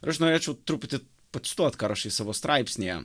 ir aš norėčiau truputį pacituot ką rašai savo straipsnyje